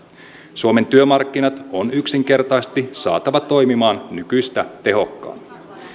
suomen työmarkkinat on yksinkertaisesti saatava toimimaan nykyistä tehokkaammin